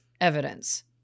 evidence